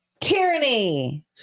Tyranny